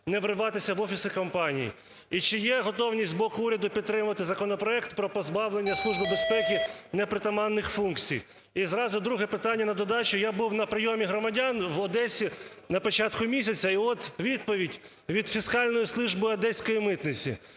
не вриватися в офіси компаній. І чи є готовність з боку уряду підтримати законопроект про позбавлення Служби безпеки непритаманних функцій? І зразу друге питання на додачу. Я був на прийомі громадян в Одесі на початку місяця. І от відповідь від фіскальної служби Одеської митниці: